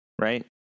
right